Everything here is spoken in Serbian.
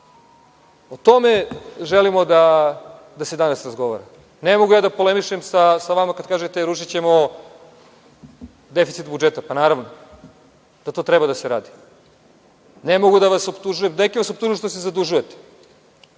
O tome želimo da se danas razgovara. Ne mogu ja da polemišem sa vama kad kažete rušićemo deficit budžeta. Pa, naravno da to treba da se radi. Ne mogu da vas optužujem. Neki vas optužuju što se zadužujete